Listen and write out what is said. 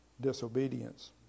disobedience